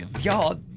Y'all